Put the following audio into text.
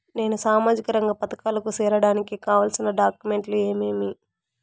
నేను సామాజిక రంగ పథకాలకు సేరడానికి కావాల్సిన డాక్యుమెంట్లు ఏమేమీ?